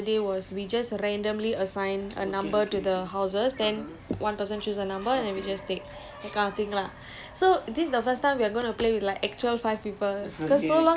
the the if you like go and pick whatever house you want it's not fair so how we did it the other day was we just randomly assign a number to the houses then one person choose a number then we just take